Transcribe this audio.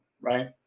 Right